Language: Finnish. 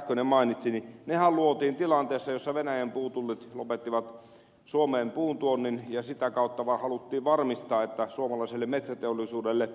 kähkönen mainitsi niin nehän luotiin tilanteessa jossa venäjän puutullit lopettivat suomeen puuntuonnin ja sitä kautta vaan haluttiin varmistaa että suomalaiselle metsäteollisuudelle